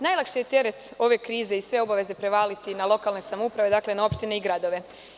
Najlakše je teret ove krize i sve obaveze prevaliti na lokalne samouprave, na opštine i gradove.